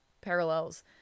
parallels